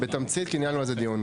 בתמצית כי ניהלנו על זה דיון.